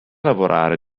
lavorare